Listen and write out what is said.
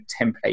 template